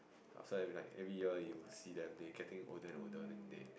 also like every year you see them they getting older and older like that